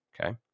Okay